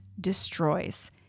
destroys